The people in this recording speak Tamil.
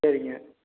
சரிங்க